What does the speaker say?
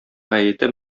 гаете